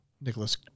Nicholas